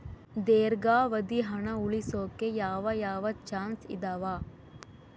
ದೇರ್ಘಾವಧಿ ಹಣ ಉಳಿಸೋಕೆ ಯಾವ ಯಾವ ಚಾಯ್ಸ್ ಇದಾವ?